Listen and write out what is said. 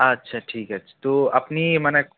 আচ্ছা ঠিক আছে তো আপনি মানে